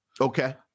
Okay